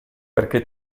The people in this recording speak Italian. perché